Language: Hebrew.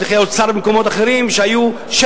והיו שליחי האוצר במקומות אחרים,